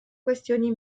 questioni